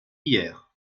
hier